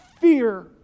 Fear